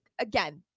again